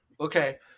Okay